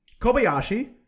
Kobayashi